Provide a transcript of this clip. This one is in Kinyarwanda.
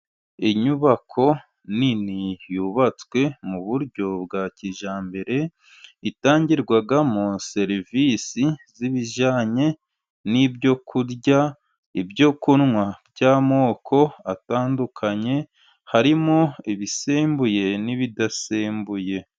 Inyubako nini yubatswe mu buryo bwa kijyambere, itangirwamo serivisi zbijyanye n'ibyo kurya, nibyo kunywa by'amoko atandukanye, harimo ibisembuye n'ibidasembuye.